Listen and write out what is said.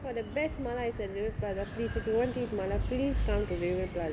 the best mala is at newton plaza please if you want to eat mala please come to newton plaza